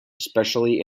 especially